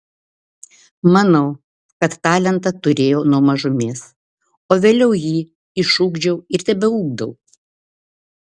manau kad talentą turėjau nuo mažumės o vėliau jį išugdžiau ir tebeugdau